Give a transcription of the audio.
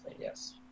yes